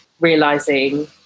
realizing